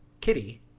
kitty